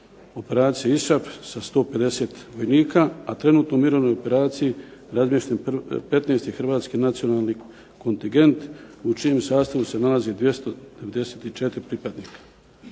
operaciji ISAF sa 150 vojnika. A trenutno u mirovnoj operaciji je razmješten 15. hrvatski nacionalni kontingent u čijem sastavu se nalazi 294 pripadnika.